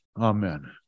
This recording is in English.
Amen